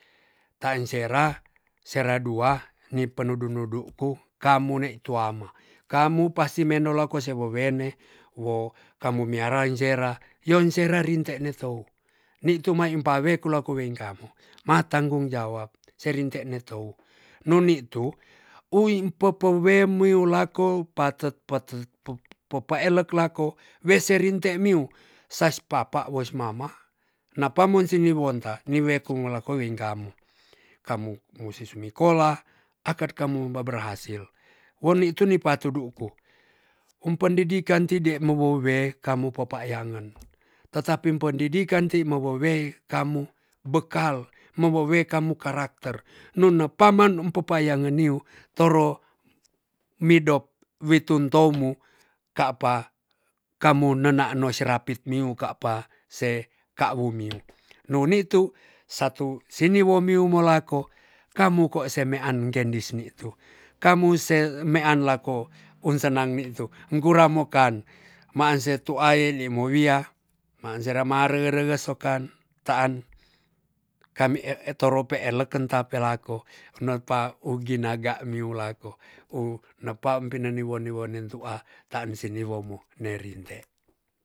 Tansera sera dua ni penudu-nudu ku kamu ne tuama kamu pasti menolak ko se wowene wo kamu miarai zera yonzera rinte ne tou ni tu mai pawei kulo kuweng kamu matanggung jawab serin te ne tou nuni tu uwi popowem wiulako popa elok lako wc rinte miu sas papa wes mama napa musti nir wonta ni wekung malawin kamu kamu musi sumikolah akat kamu baberhasi woli tu partu du'ko umpendidikan tide mowowe kamu pepa'yangen tetapi pendidikan ti mewowei kamu bekal mewowei kamu karakter nuna paman pepayange niu toro midop witun toumu kapa kamu nena noserapit miu ka'pa se kawumiu nunitu satu siniwomi mulako kamu ko seme'an tendis mitu kamu se mean lako un senang mi'tu kurang mokan marse to ae le mo wiyah man zerama rege-rege sokan taan kami e-etorope eleken tape lako nepa uginaga miu lako u napam pine wone-wone tu'a ta'nsi niwomu ne rinte